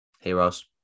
heroes